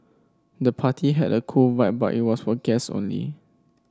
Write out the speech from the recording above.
the party had a cool vibe but was for guests only